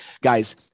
guys